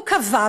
הוא קבע,